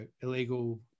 illegal